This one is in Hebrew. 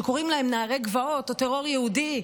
שקוראים להם "נערי גבעות" או "טרור יהודי",